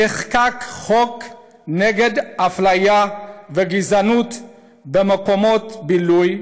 נחקק חוק נגד אפליה וגזענות במקומות בילוי,